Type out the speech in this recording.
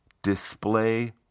display